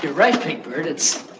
right, big bird.